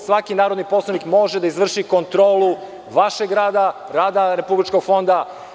Svaki narodni poslanik može da izvrši kontrolu vašeg rada, rada Republičkog fonda.